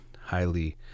highly